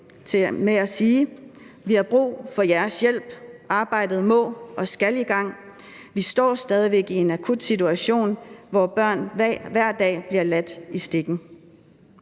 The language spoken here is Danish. Vi har brug for jeres hjælp, arbejdet må og skal i gang, vi står stadig væk i en akut situation, hvor børn hver dag bliver ladt i stikken.